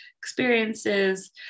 experiences